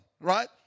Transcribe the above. right